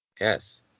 Yes